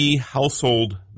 household